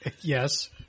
Yes